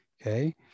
okay